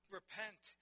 repent